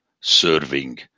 serving